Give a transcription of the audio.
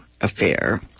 affair